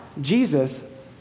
Jesus